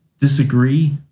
disagree